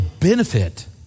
benefit